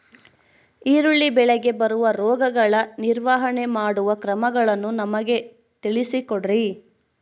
ಈರುಳ್ಳಿ ಬೆಳೆಗೆ ಬರುವ ರೋಗಗಳ ನಿರ್ವಹಣೆ ಮಾಡುವ ಕ್ರಮಗಳನ್ನು ನಮಗೆ ತಿಳಿಸಿ ಕೊಡ್ರಿ?